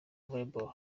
volleyball